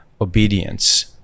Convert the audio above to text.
obedience